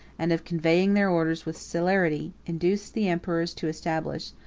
and of conveying their orders with celerity, induced the emperors to establish,